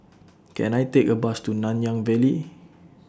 Can I Take A Bus to Nanyang Valley